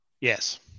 Yes